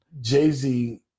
Jay-Z